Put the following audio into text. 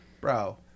Bro